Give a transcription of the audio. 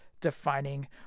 Defining